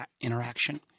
interaction